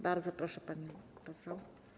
Bardzo proszę, pani poseł.